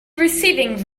receiving